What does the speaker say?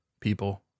people